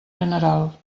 general